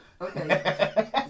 okay